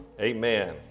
Amen